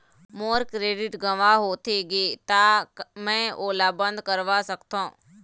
मोर credit गंवा होथे गे ता का मैं ओला बंद करवा सकथों?